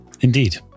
Indeed